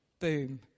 Boom